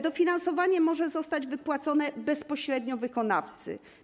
Dofinansowanie może zostać wypłacone bezpośrednio wykonawcy.